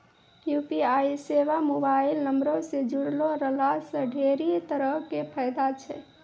UPI सेबा mobile नंबरो से जुड़लो रहला से ढेरी तरहो के फायदा छै